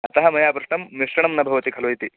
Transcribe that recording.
अतः मया पृष्टं मिश्रणं न भवति खलु इति